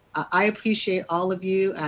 i appreciate all of you,